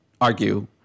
argue